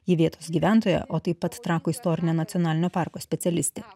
ji vietos gyventoja o taip pat trakų istorinio nacionalinio parko specialistė